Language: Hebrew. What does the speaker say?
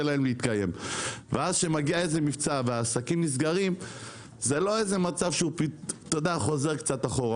ואז כשמגיע מבצע והעסקים נסגרים זה לא מצב שחוזר אחורה.